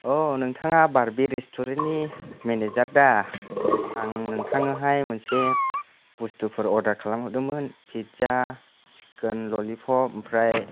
नोंथाङा बारबि रेसथुरेन्टनि मेनेजार दा आं नोंथांनोहाय मोनसे बस्थुफोर अर्दार खालामहरदोंमोन पिज्जा सिक्कोन ललिपप ओमफ्राय